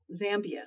Zambia